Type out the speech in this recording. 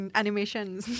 animations. (